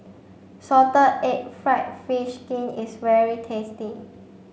salted egg fried fish skin is very tasty